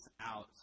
out